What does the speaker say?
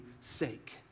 sake